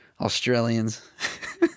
Australians